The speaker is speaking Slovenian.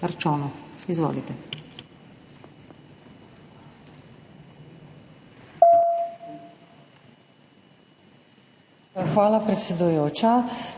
Hvala, predsedujoča.